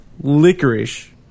licorice